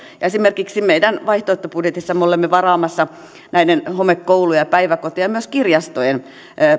esimerkiksi vaihtoehtobudjetissamme me olemme varaamassa näiden homekoulujen ja päiväkotien ja myös kirjastojen